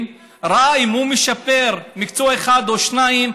ראה שאם הוא משפר מקצוע אחד או שניים,